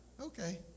Okay